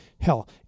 Hell